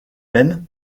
même